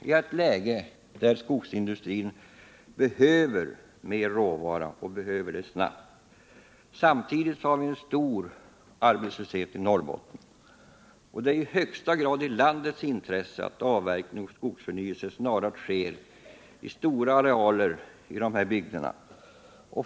I ett läge där skogsindustrin snabbt behöver mer råvara samtidigt som arbetslösheten är stor i Norrbotten, tycker jag att det är i högsta grad i landets intresse att avverkning och skogsförnyelse snarast sker på stora arealer i dessa bygder.